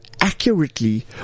accurately